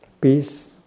Peace